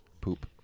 poop